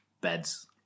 beds